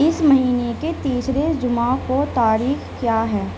اس مہینے کے تیسرے جمعہ کو تاریخ کیا ہے